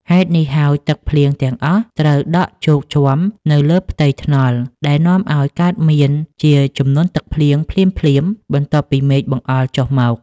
ហេតុនេះហើយ ទឹកភ្លៀងទាំងអស់ត្រូវដក់ជោកជាំនៅលើផ្ទៃថ្នល់ ដែលនាំឱ្យកើតមានជាជំនន់ទឹកភ្លៀងភ្លាមៗបន្ទាប់ពីមេឃបង្អុរចុះមក។